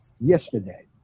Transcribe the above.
yesterday